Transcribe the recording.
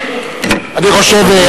אני חושב,